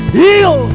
heal